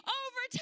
over